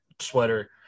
sweater